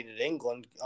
England